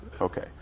Okay